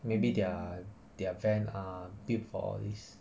maybe their their van are built for all these